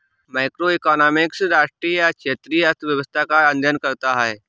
macroeconomics राष्ट्रीय या क्षेत्रीय अर्थव्यवस्था का अध्ययन करता है